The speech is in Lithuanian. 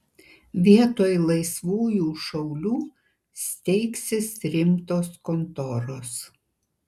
vietoj laisvųjų šaulių steigsis rimtos kontoros